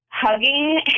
hugging